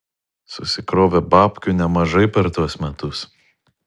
susikrovė babkių nemažai per tuos metus